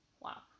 Wow